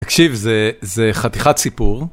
תקשיב, זה חתיכת סיפור.